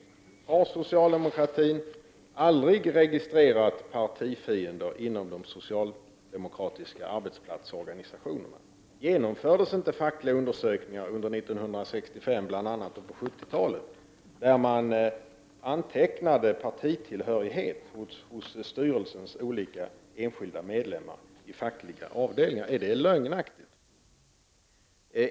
Har socialdemokratin aldrig registrerat partifiender inom de socialdemokratiska arbetsplatsorganisationerna? Genomfördes inte fackliga undersökningar under 1965 och på 1970-talet, där man antecknade partitillhörighet hos styrelsers olika enskilda medlemmar i fackliga avdelningar? Är detta lögnaktigt?